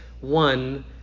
one